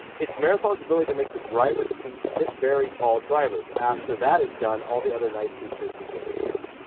it's marathon's ability to make the driver seat fit very tall drivers. after that is done all the other nice features begin to count.